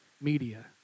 media